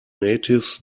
natives